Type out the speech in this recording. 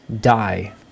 die